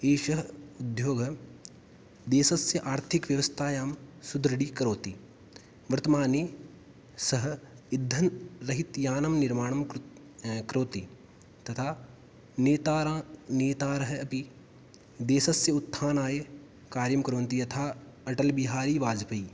एषः उद्योगः देशस्य आर्थिकव्यवस्थायां सुदृढ़ीकरोति वर्तमाने सः इन्धनरहितयानं निर्माणं करोति तथा नेतारः नेतारः अपि देशस्य उत्थानाय कार्यं कुर्वन्ति यथा अटल् बिहारी वाजपेयी